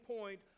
point